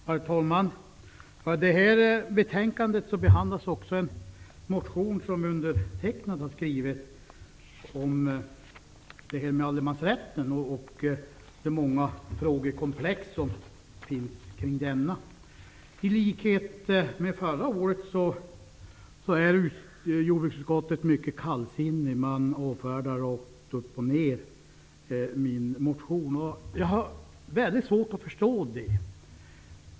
Herr talman! I det här betänkandet behandlas också en motion som undertecknad har skrivit om allemansrätten och de många frågekomplex som finns kring denna. Precis som förra året är jordbruksutskottet mycket kallsinnigt. Man avfärdar min motion rakt upp och ner. Jag har väldigt svårt att förstå det.